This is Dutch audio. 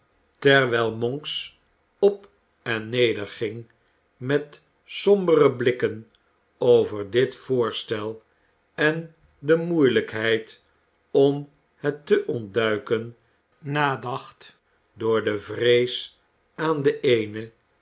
terwijl monks op en neder ging met sombere blikken over dit voorstel en de moeielijkheid om het te ontduiken nadacht door de vrees aan de eene